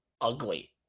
ugly